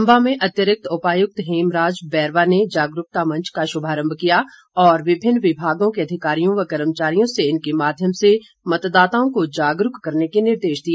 चम्बा में अतिरिक्त उपायुक्त हेमराज बैरवा ने जागरूकता मंच का शुभारम्भ किया और विभिन्न विभागों के अधिकारियों व कर्मचारियों से इसके माध्यम से मतदाताओं को जागरूक करने के निर्देश दिए